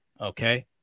Okay